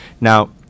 Now